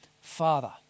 Father